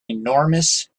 enormous